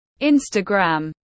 Instagram